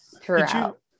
throughout